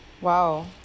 wow